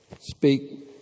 speak